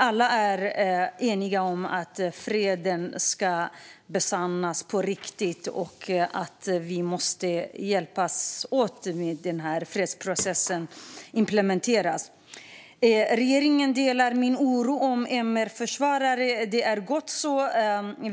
Alla är eniga om att freden måste bli verklighet och att vi måste hjälpas åt med att implementera fredsprocessen. Regeringen delar min oro över MR-försvarare. Det är gott så.